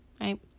right